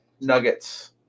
nuggets